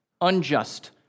unjust